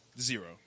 zero